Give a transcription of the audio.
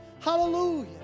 hallelujah